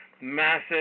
massive